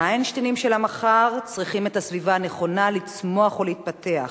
האיינשטיינים של המחר צריכים את הסביבה הנכונה לצמוח ולהתפתח,